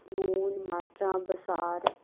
लून मर्चां बसार